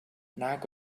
nac